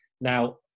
Now